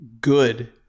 good